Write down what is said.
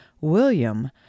William